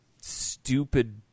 Stupid